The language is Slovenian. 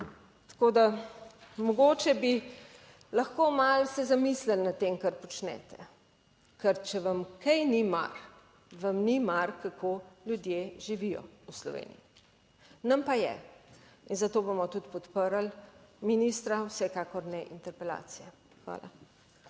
tako da mogoče bi lahko malo se zamislili nad tem kar počnete, ker če vam kaj ni mar, vam ni mar kako ljudje živijo v Sloveniji, nam pa je in zato bomo tudi podprli ministra, vsekakor ne interpelacije. Hvala.